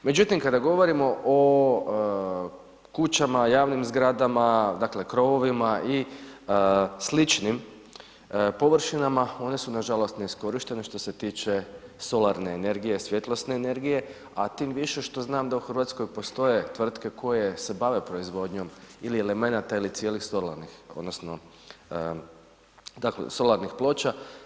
Međutim, kada govorimo o kućama, javnim zgradama, dakle krovovima i sličnim površinama one su nažalost neiskorištene što se tiče solarne energije, svjetlosne energije, a tim više što znam da u Hrvatskoj postoje tvrtke koje se bave proizvodnjom ili elemenata ili cijelih solarnih, odnosno, solarnih ploča.